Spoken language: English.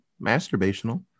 masturbational